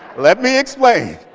let me explain.